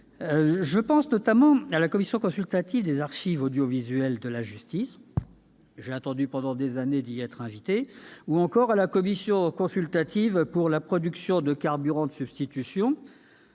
Je pense notamment à la Commission consultative des archives audiovisuelles de la justice- j'ai attendu pendant des années d'y être convié ! -ou encore à la Commission consultative pour la production de carburants de substitution,